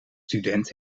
student